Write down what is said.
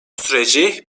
süreci